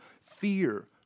fear